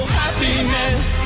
happiness